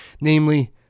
Namely